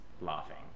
laughing